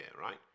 right